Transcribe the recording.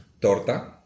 torta